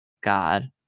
god